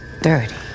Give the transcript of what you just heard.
Dirty